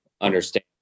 Understand